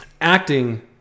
acting